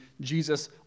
Jesus